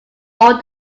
all